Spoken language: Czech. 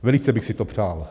Velice bych si to přál.